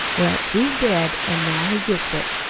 well, she's dead, an' now he gets it.